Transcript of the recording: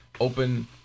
open